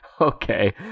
Okay